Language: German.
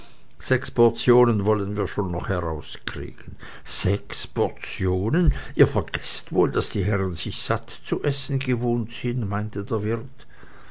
sechs portionen wollen wir schon noch herauskriegen sechs portionen ihr vergeßt wohl daß die herren sich satt zu essen gewohnt sind meinte der wirt